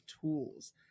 tools